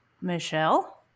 Michelle